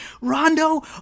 Rondo